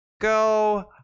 go